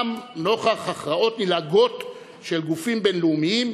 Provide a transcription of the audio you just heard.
גם נוכח הכרעות נלעגות של גופים בין-לאומיים,